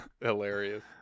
hilarious